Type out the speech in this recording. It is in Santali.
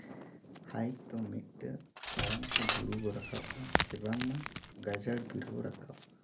ᱦᱟᱭᱤᱠ ᱫᱚ ᱢᱤᱫᱴᱟᱹᱝ ᱛᱟᱲᱟᱢ ᱛᱮ ᱵᱩᱨᱩ ᱵᱚ ᱨᱟᱠᱟᱵᱼᱟ ᱥᱮ ᱵᱟᱝᱢᱟ ᱜᱟᱹᱡᱟᱲ ᱵᱤᱨ ᱵᱚ ᱨᱟᱠᱟᱵᱼᱟ